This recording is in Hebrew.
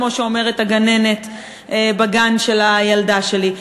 כמו שאומרת הגננת בגן של הילדה שלי.